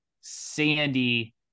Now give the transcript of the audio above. Sandy